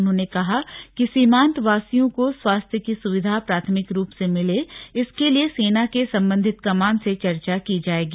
उन्होंने कहा कि सीमांत वासियों को स्वास्थ्य की सुविधा प्राथमिक रूप से मिले इसके लिए सेना के संबंधित कमान से चर्चा की जाएगी